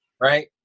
Right